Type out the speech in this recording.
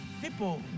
People